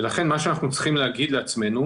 לכן מה שאנחנו צריכים לומר לעצמנו